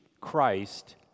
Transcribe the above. Christ